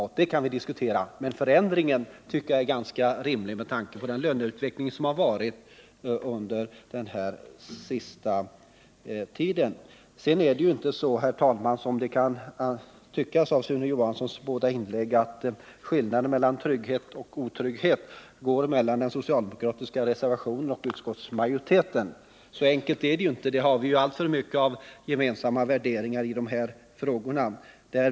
Den frågan kan vi kanske diskutera, men med tanke på den löneutveckling som varit under den här senaste tiden tycker jag att förändringen är ganska rimlig. Det kan av Sune Johanssons båda inlägg förefalla som om skillnaden mellan trygghet och otrygghet går mellan den socialdemokratiska reservationen och utskottsmajoritetens förslag, men så enkelt är det inte. I dessa frågor har vi alltför mycket en gemensam värdering.